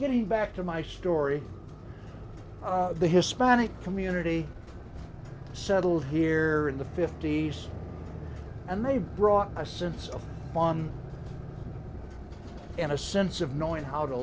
getting back to my story the hispanic community settled here in the fifty's and they brought a sense of on and a sense of knowing how to